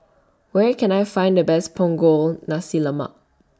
Where Can I Find The Best Punggol Nasi Lemak